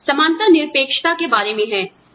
समानता निरपेक्षता के बारे में है